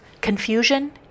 confusion